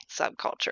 subculture